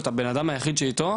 או את הבן אדם היחיד שאיתו,